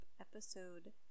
episode